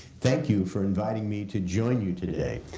thank you for inviting me to join you today.